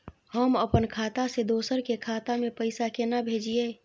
हम अपन खाता से दोसर के खाता में पैसा केना भेजिए?